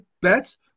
bets